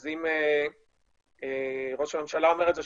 אז אם ראש הממשלה אומר את זה,